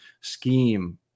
scheme